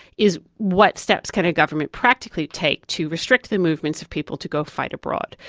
is what steps can a government practically take to restrict the movements of people to go fight abroad?